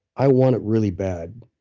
i want it really bad,